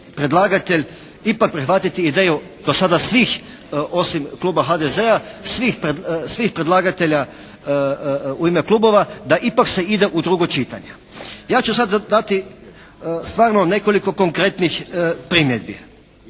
predlagatelj ipak prihvatiti ideju do sada svih osim kluba HDZ-a, svih predlagatelja u ime klubova da ipak se ide u drugo čitanje. Ja ću sada dati stvarno nekoliko konkretnih primjedbi.